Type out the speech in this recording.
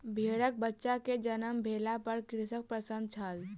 भेड़कबच्चा के जन्म भेला पर कृषक प्रसन्न छल